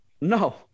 no